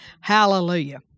Hallelujah